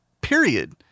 period